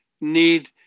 need